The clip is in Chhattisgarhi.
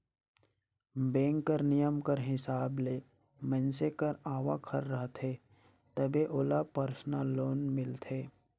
बेंक कर नियम कर हिसाब ले मइनसे कर आवक हर रहथे तबे ओला परसनल लोन मिलथे